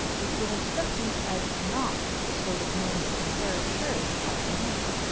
which would have struck you as not the sort of noise a hair-shirt ought to make.